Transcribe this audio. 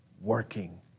working